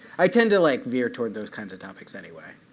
i tend to like veer toward those kinds of topics anyway,